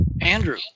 Andrew